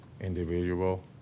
individual